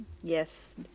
Yes